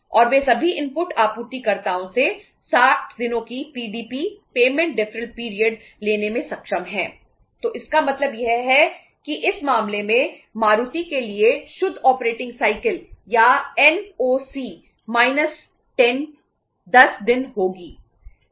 और वे सभी इनपुट बाजार में जा रहा है